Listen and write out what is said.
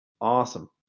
awesome